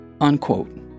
Unquote